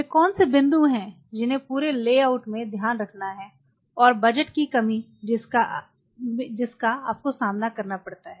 वे कौन से बिंदु हैं जिन्हें पूरे लेआउट में ध्यान में रखना है और बजट की कमी जिसका आपको सामना करना पड़ता है